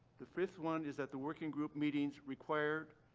the fifth one is that the working group meetings required